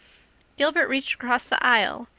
gilbert reached across the aisle,